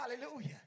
Hallelujah